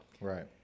Right